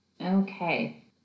Okay